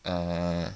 (uh huh)